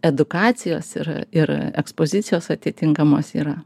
edukacijos ir ir ekspozicijos atitinkamos yra